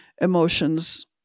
emotions